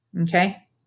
Okay